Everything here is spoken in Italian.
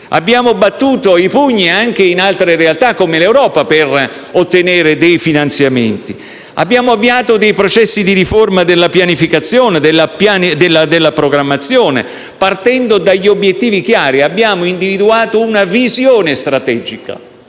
Abbiamo battuto i pugni anche in altre realtà come l'Europa per ottenere dei finanziamenti. Abbiamo avviato processi di riforma della programmazione partendo da obiettivi chiari e individuato una visione strategica